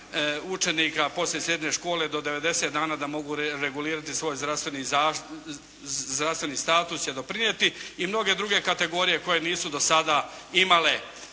učenika poslije srednje škole do 90 dana da mogu regulirati svoj zdravstveni status će doprinijeti. I mnoge druge kategorije koje nisu dosada imale